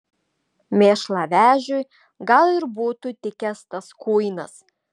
mėšlavežiui gal ir būtų tikęs tas kuinas